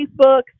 Facebook